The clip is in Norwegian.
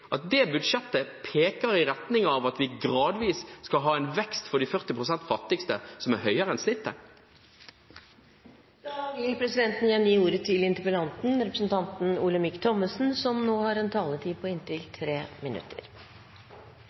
at det budsjettet peker i retning av at vi gradvis skal ha en vekst for de 40 pst. fattigste som er høyere enn snittet? La meg først få takke for en fin debatt. Jeg håper at dette er noe som